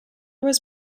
was